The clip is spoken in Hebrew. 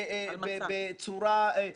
משהו שחשבנו עליו בראשית הדרך,